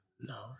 No